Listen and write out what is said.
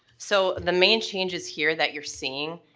so the main changes here that you're seeing,